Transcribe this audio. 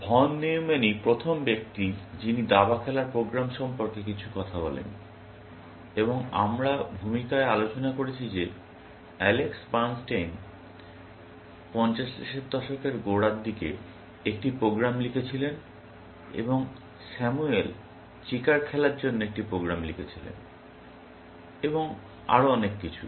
von নিউম্যানই প্রথম ব্যক্তি যিনি দাবা খেলার প্রোগ্রাম সম্পর্কে কিছু কথা বলেন এবং আমরা ভূমিকায় আলোচনা করেছি যে অ্যালেক্স বার্নস্টেইন 50 এর দশকের গোড়ার দিকে একটি প্রোগ্রাম লিখেছিলেন এবং স্যামুয়েল চেকার খেলার জন্য একটি প্রোগ্রাম লিখেছিলেন এবং আরও অনেক কিছু